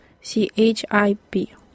C-H-I-P